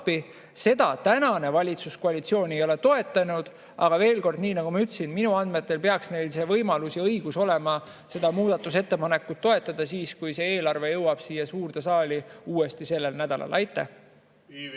Seda tänane valitsuskoalitsioon ei ole toetanud. Aga nii nagu ma ütlesin, minu andmetel peaks neil võimalus ja õigus olema seda muudatusettepanekut toetada, kui see eelarve jõuab siia suurde saali uuesti sellel nädalal. Aitäh!